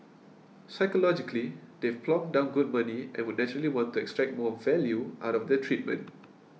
psychologically they've plonked down good money and would naturally want to extract more value out of their treatment